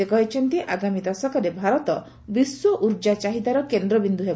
ସେ କହିଛନ୍ତି ଆଗାମୀ ଦଶକରେ ଭାରତ ବିଶ୍ୱ ଉର୍ଜା ଚାହିଦାର କେନ୍ଦ୍ରବିଦ୍ଦ ହେବ